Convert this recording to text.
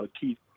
Keith